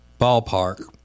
ballpark